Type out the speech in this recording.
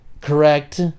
correct